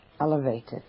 elevated